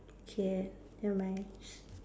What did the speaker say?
K never mind